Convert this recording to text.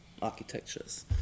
architectures